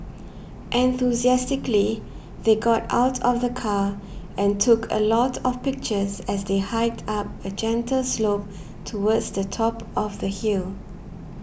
enthusiastically they got out of the car and took a lot of pictures as they hiked up a gentle slope towards the top of the hill